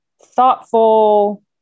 Thoughtful